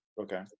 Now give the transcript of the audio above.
Okay